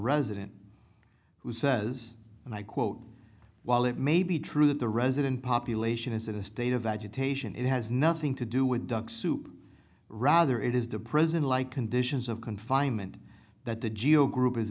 resident who says and i quote while it may be true that the resident population is in a state of agitation it has nothing to do with duck soup rather it is the prison like conditions of confinement that the geo group is